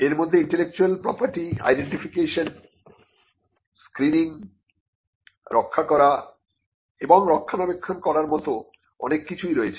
এর মধ্যে intellectual property identification screening রক্ষা করা এবং রক্ষণাবেক্ষণ করার মত অনেক কিছুই রয়েছে